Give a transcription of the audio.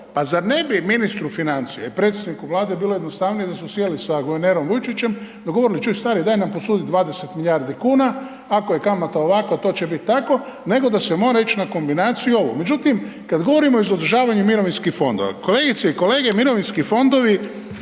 Pa zar ne bi ministru financija i predstavniku Vlade bilo jednostavnije da su sjeli sa guvernerom Vujčićem, dogovorili, čuj stari, daj nam posudi 20 milijardi kuna, ako je kamata ovakva, to će biti tako, nego da se mora ići na kombinaciju ovo. Međutim, kad govorimo za održavanje mirovinskih fondova, kolegice i kolege, mirovinski fondovi